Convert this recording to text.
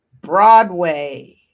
Broadway